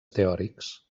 teòrics